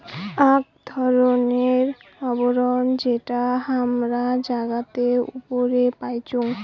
আক ধরণের আবরণ যেটা হামরা জাগাতের উপরে পাইচুং